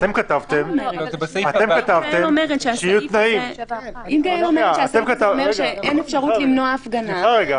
אם גאל אומרת שהסעיף הזה אומר שאין אפשרות למנוע הפגנה,